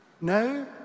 No